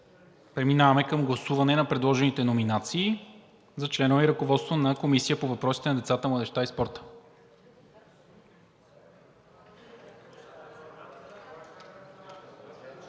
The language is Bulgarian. Преминаваме към гласуване на предложените номинации за членове и ръководство на Комисията по въпросите на децата, младежта и спорта.